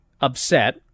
upset